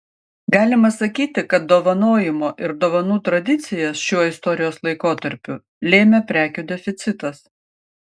galima sakyti kad dovanojimo ir dovanų tradicijas šiuo istorijos laikotarpiu lėmė prekių deficitas